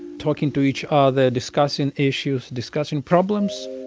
talking to each other, discussing issues, discussing problems